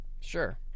Sure